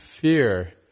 fear